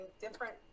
different